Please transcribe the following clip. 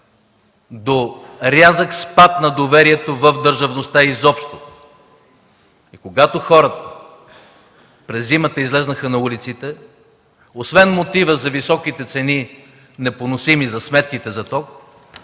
до рязък спад на доверието в държавността изобщо. Когато хората през зимата излязоха на улиците, освен мотива за високите, непоносими цени за сметките на ток,